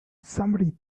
somebody